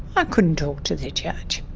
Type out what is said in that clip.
i couldn't talk to the judge.